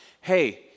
hey